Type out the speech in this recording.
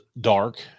dark